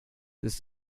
ist